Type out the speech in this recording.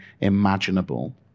imaginable